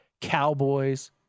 Cowboys